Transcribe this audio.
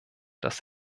dass